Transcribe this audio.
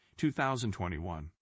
2021